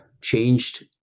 changed